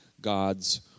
God's